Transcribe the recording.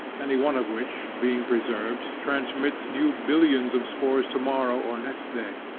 any one of which, being preserved, transmits new billions of spores to-morrow or next day.